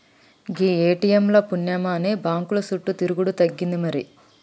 గీ ATM ల పుణ్యమాని బాంకుల సుట్టు తిరుగుడు తగ్గింది మరి